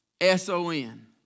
S-O-N